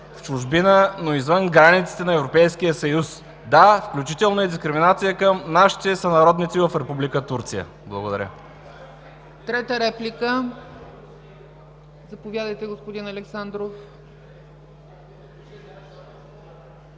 в чужбина, но извън границите на Европейския съюз. Да, включително и дискриминация към нашите сънародници в Република Турция. Благодаря. ПРЕДСЕДАТЕЛ ЦЕЦКА ЦАЧЕВА: Трета реплика? Заповядайте, господин Александров.